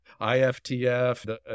IFTF